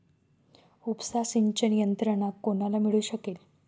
उपसा सिंचन यंत्रणा कोणाला मिळू शकेल?